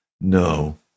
No